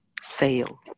sale